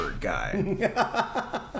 guy